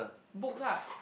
books lah